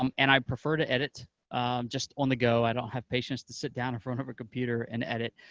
um and i prefer to edit just on the go. i don't have patience to sit down in front of a computer and edit,